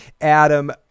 Adam